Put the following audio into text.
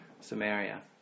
Samaria